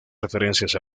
referencias